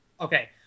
Okay